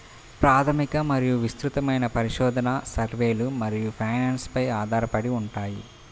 ప్రాథమిక మరియు విస్తృతమైన పరిశోధన, సర్వేలు మరియు ఫైనాన్స్ పై ఆధారపడి ఉంటాయి